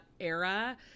era